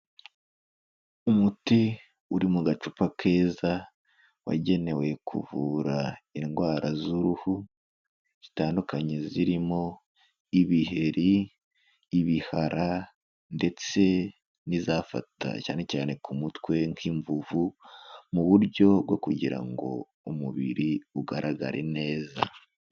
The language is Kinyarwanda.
Umuti uri mu gacupa keza, wagenewe kuvura indwara z'uruhu zitandukanye zirimo ibiheri, ibihara, ndetse n'izafata cyane cyane ku mutwe nk'imvuvu, mu buryo bwo kugira ngo umubiri ugaragare neza.